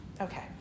Okay